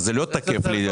אז זה לא תקף להזדהות?